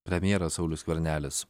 premjeras saulius skvernelis